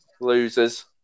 losers